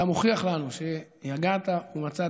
אתה מוכיח לנו שיגעת ומצאת,